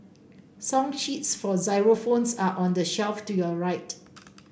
song sheets for xylophones are on the shelf to your right